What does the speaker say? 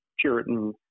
Puritan